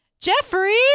Jeffrey